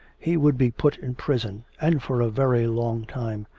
he would be put in prison, and for a very long time.